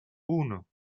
uno